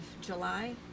July